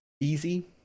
easy